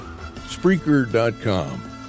Spreaker.com